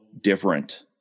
different